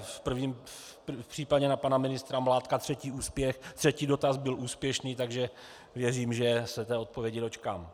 V prvním případě na pana ministra Mládka třetí dotaz byl úspěšný, takže věřím, že se té odpovědi dočkám.